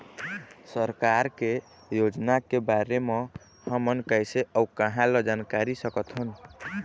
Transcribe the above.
सरकार के योजना के बारे म हमन कैसे अऊ कहां ल जानकारी सकथन?